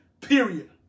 period